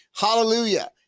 Hallelujah